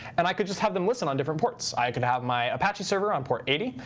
and i could just have them listed on different ports. i could have my apache server on port eighty.